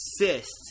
assists